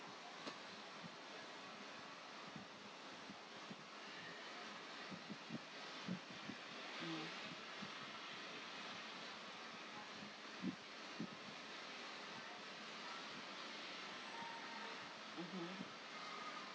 mm mmhmm